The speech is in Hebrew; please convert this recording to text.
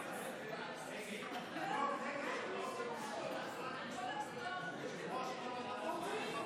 הסתייגות 19 לחלופין ד' לא